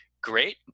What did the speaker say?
great